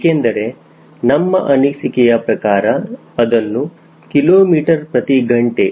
ಏಕೆಂದರೆ ನಮ್ಮ ಅನಿಸಿಕೆಯ ಪ್ರಕಾರ ಅದನ್ನು ಕಿಲೋಮೀಟರ್ ಪ್ರತಿ ಗಂಟೆ